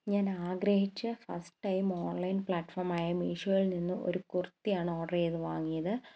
ഞാൻ ആഗ്രഹിച്ച് first time online പ്ലാറ്റ്ഫോമായ മീഷോയിൽ നിന്നും ഒരു കുർത്തിയാണ് ഓഡർ ചെയ്തു വാങ്ങിയത്